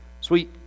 Sweet